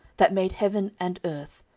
that made heaven and earth,